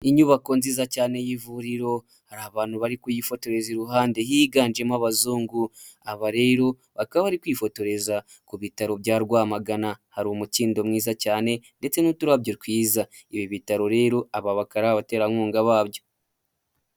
Inyubako nziza cyane y'ivuriro, hari abantu bari kuyifotoreza iruhande higanjemo abazungu, aba rero bakaba bari kwifotoreza ku bitaro bya Rwamagana, hari umukindo mwiza cyane ndetse n'uturabyo twiza, ibi bitaro rero aba bakaba ari abaterankunga babyo.